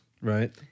Right